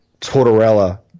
Tortorella